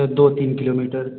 दो तीन किलोमीटर